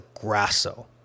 Grasso